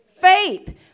Faith